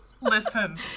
listen